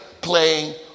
playing